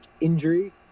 injury